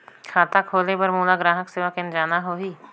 खाता खोले बार मोला ग्राहक सेवा केंद्र जाना होही?